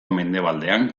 mendebaldean